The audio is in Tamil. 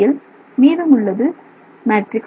மீதம் உள்ளது மேட்ரிக்ஸ் மெட்டீரியல்